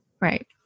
Right